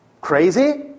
Crazy